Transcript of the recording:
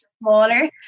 smaller